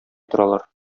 торалар